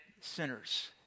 sinners